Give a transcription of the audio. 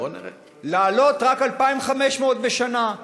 להעלות רק 2,500 בשנה.